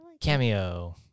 Cameo